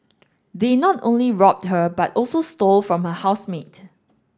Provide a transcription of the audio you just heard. they not only robbed her but also stole from her housemate